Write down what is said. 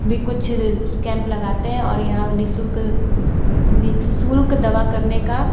भी कुछ कैंप लगाते हैं और यहाँ निःशुल्क निःशुल्क दवा करने का